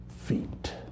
feet